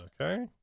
Okay